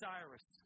Cyrus